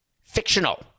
fictional